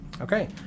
Okay